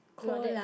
not that